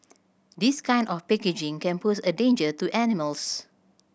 this kind of packaging can pose a danger to animals